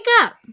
up